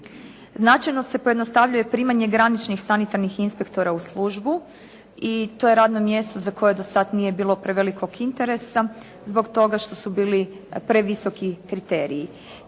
Značajno se pojednostavljuje primanje graničnih sanitarnih inspektora u službu i to je radno mjesto za koje do sad nije bilo prevelikog interesa zbog toga što su bili previsoki kriteriji.